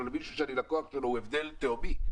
ולמישהו שאני לקוח שלו הוא הבדל תהומי.